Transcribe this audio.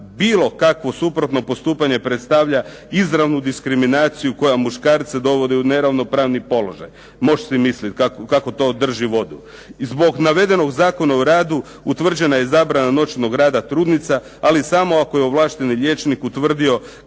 bilo kakvo suprotno postupanje predstavlja izravnu diskriminaciju koja muškarce dovodi u neravnopravni položaj. Mo'š si mislit kako to drži vodu! I zbog navedenog Zakona o radu utvrđena je zabrana noćnog rada trudnica, ali samo ako je ovlašteni liječnik utvrdio